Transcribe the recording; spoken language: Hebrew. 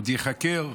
עוד ייחקר,